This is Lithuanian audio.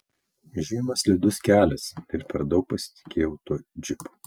žiema slidus kelias ir per daug pasitikėjau tuo džipu